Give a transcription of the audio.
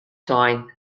sein